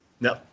no